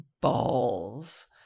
balls